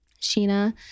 Sheena